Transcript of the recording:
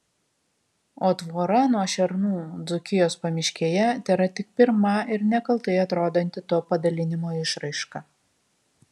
o tvora nuo šernų dzūkijos pamiškėje tėra tik pirma ir nekaltai atrodanti to padalinimo išraiška